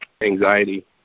anxiety